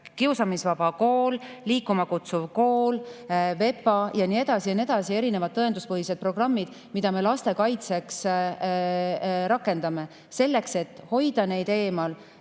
Kiusamisvaba Kool, Liikuma Kutsuv Kool, VEPA ja nii edasi – ja erinevaid tõenduspõhiseid programme, mida me laste kaitseks rakendame, selleks, et hoida neid eemal